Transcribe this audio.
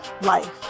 life